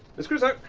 miss crusoe,